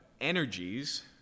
energies